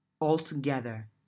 Altogether